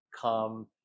come